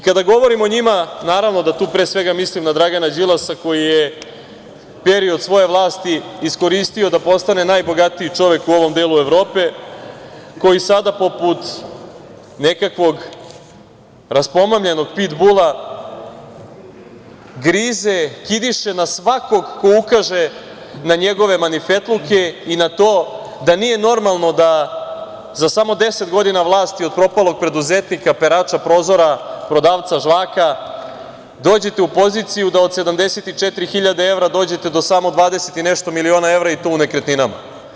Kada govorim o njima, naravno da tu pre svega mislim na Dragana Đilasa, koji je period svoje vlasti iskoristio da postane najbogatiji čovek u ovom delu Evrope, koji sada poput nekakvog raspomamljenog pit bula grize, kidiše na svakog ko ukaže na njegove marifetluke i na to da nije normalno da za samo 10 godina vlasti od propalog preduzetnika, perača prozora, prodavca žvaka, dođete u poziciju da od 74 hiljade evra dođete do samo 20 i nešto miliona evra i to u nekretninama.